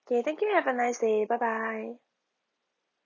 K thank you have a nice day bye bye